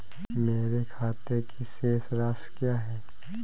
मेरे खाते की शेष राशि क्या है?